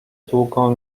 długą